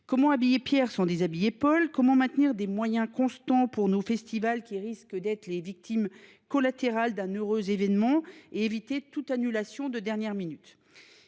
Comment habiller Pierre sans déshabiller Paul ? Comment maintenir des moyens constants pour nos festivals, qui risquent d’être les victimes collatérales d’un heureux événement, et éviter toute annulation de dernière minute ?